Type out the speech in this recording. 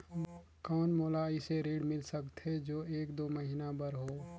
कौन मोला अइसे ऋण मिल सकथे जो एक दो महीना बर हो?